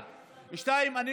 1. אם אפשר לקבל תשובה,